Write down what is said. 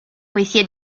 poesia